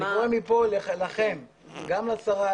אני קורא מכאן לכם גם לשרה,